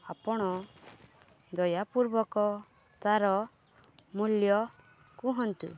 ଆପଣ ଦୟା ପୂର୍ବକ ତାର ମୂଲ୍ୟ କୁହନ୍ତୁ